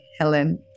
Helen